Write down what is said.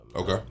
Okay